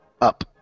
up